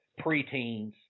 preteens